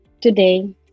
today